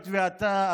היות שאתה,